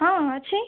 ହଁ ହଁ ଅଛି